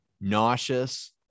Nauseous